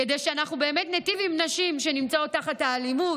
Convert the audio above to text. כדי שאנחנו באמת ניטיב עם נשים שנמצאות תחת האלימות,